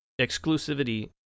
exclusivity